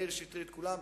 מאיר שטרית וכולם,